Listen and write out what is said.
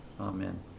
Amen